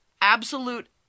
absolute